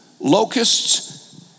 locusts